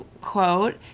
quote